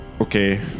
okay